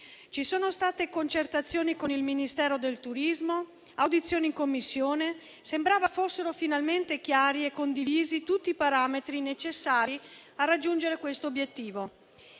Ci sono state concertazioni con il Ministero del turismo e audizioni in Commissione; sembrava fossero finalmente chiari e condivisi tutti i parametri necessari a raggiungere quest'obiettivo.